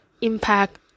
impact